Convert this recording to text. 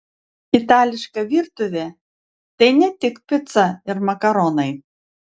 itališka virtuvė tai ne tik pica ir makaronai